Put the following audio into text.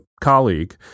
colleague